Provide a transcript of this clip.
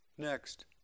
Next